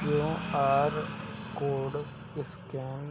QR code scan